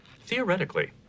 Theoretically